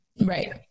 Right